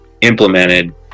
implemented